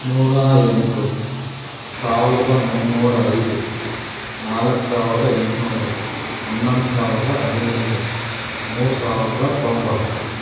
ನೂರ ಎಂಟು ಸಾವಿರದ ಮುನ್ನೂರ ಐದು ನಾಲ್ಕು ಸಾವಿರದ ಎಂಟುನೂರು ಹನ್ನೊಂದು ಸಾವಿರದ ಹದಿನೈದು ಮೂರು ಸಾವಿರದ ತೊಂಬತ್ತು